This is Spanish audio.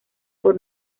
por